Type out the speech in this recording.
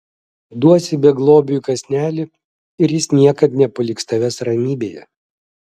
duosi beglobiui kąsnelį ir jis niekad nepaliks tavęs ramybėje